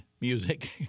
music